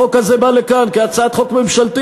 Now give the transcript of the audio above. החוק הזה בא לכאן כהצעת חוק ממשלתית,